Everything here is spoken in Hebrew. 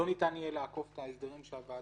שלא יהיה ניתן לעקוף את ההסדרים שהוועדה